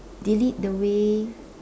delete the way